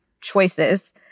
choices